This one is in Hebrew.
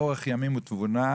אורך ימים ותבונה,